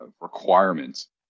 requirements